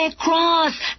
cross